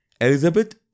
Elizabeth